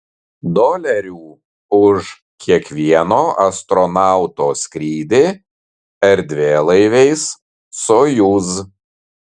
dolerių už kiekvieno astronauto skrydį erdvėlaiviais sojuz